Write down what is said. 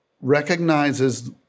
recognizes